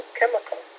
chemical